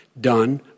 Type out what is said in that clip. done